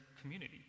community